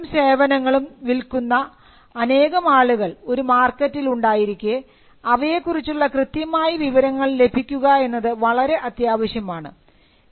ഉല്പന്നങ്ങളും സേവനങ്ങളും വിൽക്കുന്ന അനേകമാളുകൾ ഒരു മാർക്കറ്റിൽ ഉണ്ടായിരിക്കെ അവയെക്കുറിച്ചുള്ള കൃത്യമായ വിവരങ്ങൾ ലഭിക്കുക എന്നത് വളരെ അത്യാവശ്യമാണ്